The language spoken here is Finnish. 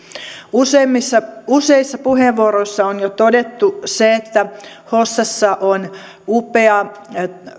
useissa useissa puheenvuoroissa on jo todettu se että hossassa on upea